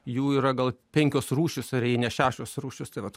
jų yra gal penkios rūšys ar jei ne šešios rūšys tai vat